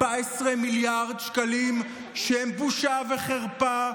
14 מיליארד שקלים, שהם בושה וחרפה,